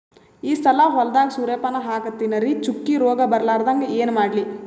ಈ ಸಲ ಹೊಲದಾಗ ಸೂರ್ಯಪಾನ ಹಾಕತಿನರಿ, ಚುಕ್ಕಿ ರೋಗ ಬರಲಾರದಂಗ ಏನ ಮಾಡ್ಲಿ?